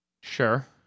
sure